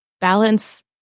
balance